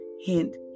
Hint